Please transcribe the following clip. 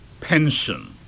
pension